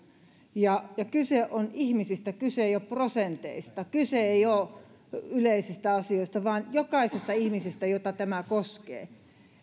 kyse on ihmisistä kyse ei ole prosenteista kyse ei ole yleisistä asioista vaan jokaisesta ihmisestä jota tämä koskee